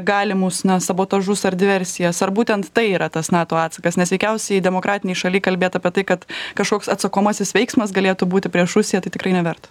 galimus sabotažus ar diversijas ar būtent tai yra tas nato atsakas nes veikiausiai demokratinėj šalyj kalbėt apie tai kad kašoks atsakomasis veiksmas galėtų būti prieš rusiją tai tikrai neverta